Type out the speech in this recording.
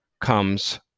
comes